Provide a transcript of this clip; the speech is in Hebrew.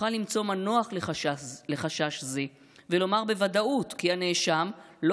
יוכל למצוא מנוח לחשש זה ולומר בוודאות כי הנאשם לא